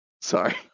Sorry